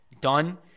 Done